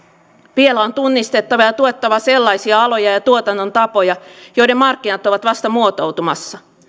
vielä on tunnistettava ja tuettava sellaisia aloja ja tuotannon tapoja joiden markkinat ovat vasta muotoutumassa